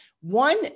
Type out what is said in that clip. one